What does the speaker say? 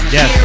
Yes